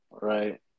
right